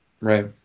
Right